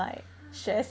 !huh!